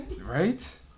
Right